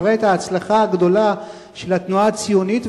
מראה את ההצלחה הגדולה של התנועה הציונית,